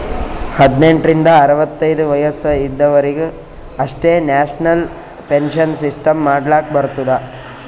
ಹದ್ನೆಂಟ್ ರಿಂದ ಅರವತ್ತೈದು ವಯಸ್ಸ ಇದವರಿಗ್ ಅಷ್ಟೇ ನ್ಯಾಷನಲ್ ಪೆನ್ಶನ್ ಸಿಸ್ಟಮ್ ಮಾಡ್ಲಾಕ್ ಬರ್ತುದ